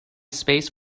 space